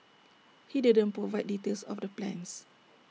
he didn't provide details of the plans